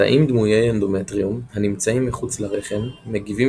התאים דמויי אנדומטריום הנמצאים מחוץ לרחם מגיבים